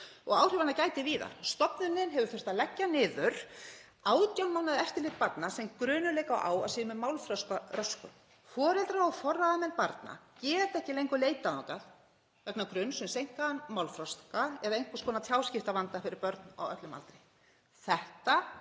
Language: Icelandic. og áhrifanna gætir víðar. Stofnunin hefur þurft að leggja niður 18 mánaða eftirlit barna sem grunur leikur á að séu með málþroskaröskun. Foreldrar og forráðamenn barna geta ekki lengur leitað þangað vegna gruns um seinkaðan málþroska eða einhvers konar tjáskiptavanda fyrir börn á öllum aldri. Þetta